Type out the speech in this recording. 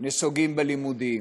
נסוגים בלימודים.